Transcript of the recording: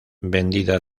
vendida